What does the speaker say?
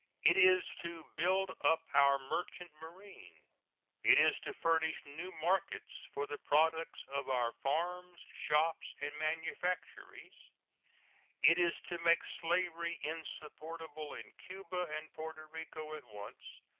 it is to build up our merchant marine it is to furnish new markets for the products of our farms, shops, and manufactories it is to make slavery insupportable in cuba and porto rico at once,